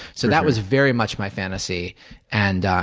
so that was very much my fantasy and,